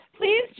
Please